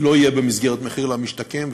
לא יהיה במסגרת מחיר למשתכן,